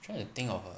trying to think of a